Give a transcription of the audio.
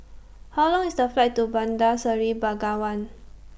How Long IS The Flight to Bandar Seri Begawan